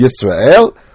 Yisrael